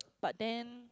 but then